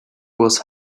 was